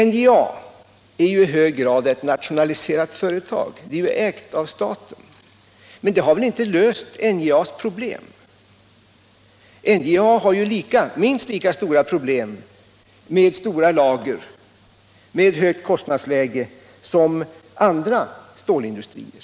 NJA är i hög grad ett nationaliserat företag — det är ägt av staten. Men det har väl inte löst NJA:s problem? NJA har minst lika stora problem med stora lager och högt kostnadsläge som andra stålindustrier.